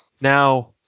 Now